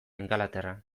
ingalaterran